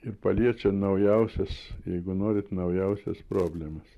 ir paliečia naujausias jeigu norit naujausias problemas